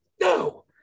no